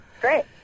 great